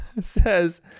says